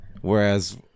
Whereas